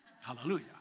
Hallelujah